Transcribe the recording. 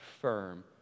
firm